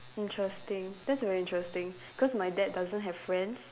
interesting that's very interesting cause my dad doesn't have friends